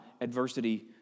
adversity